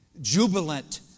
Jubilant